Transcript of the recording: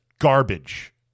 garbage